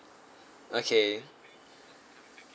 okay